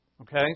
Okay